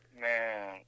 man